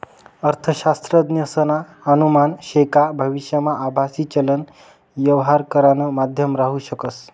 अर्थशास्त्रज्ञसना अनुमान शे का भविष्यमा आभासी चलन यवहार करानं माध्यम राहू शकस